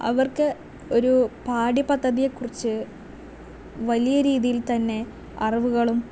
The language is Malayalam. അവർക്ക് ഒരു പാഠ്യ പദ്ധതിയെക്കുറിച്ച് വലിയ രീതിയിൽ തന്നെ അറിവുകളും